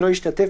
ולא ישתתף,